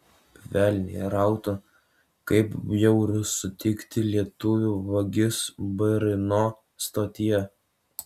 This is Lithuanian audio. velniai rautų kaip bjauru sutikti lietuvių vagis brno stotyje